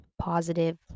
positive